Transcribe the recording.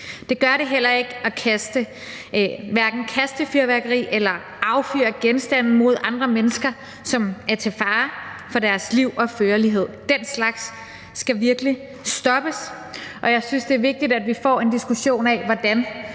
Det gør det heller ikke hverken at affyre fyrværkeri eller kaste genstande mod andre mennesker, hvilket er til fare for de menneskers liv og førlighed. Den slags skal virkelig stoppes, og jeg synes, det er vigtigt, at vi får en diskussion af hvordan.